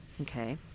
Okay